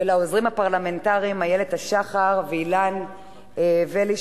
ולעוזרים הפרלמנטריים: איילת השחר ואילן ולי,